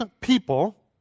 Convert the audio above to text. people